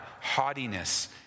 haughtiness